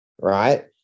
right